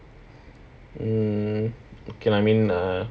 mm okay lah I mean err